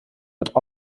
mit